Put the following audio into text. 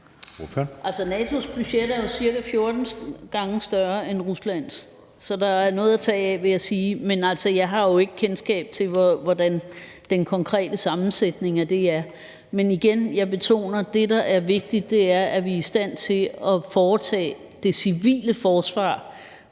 NATO's budget er ca. 14 gange større end Ruslands, så der er noget at tage af, vil jeg sige, men jeg har jo ikke kendskab til, hvordan den konkrete sammensætning af det er. Igen vil jeg sige, at jeg betoner, at det, der er vigtigt, er, at vi er i stand til at foretage det civile forsvar